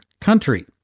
country